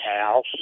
House